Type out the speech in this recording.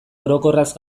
orokorraz